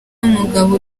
umugabo